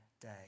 day